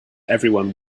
everyone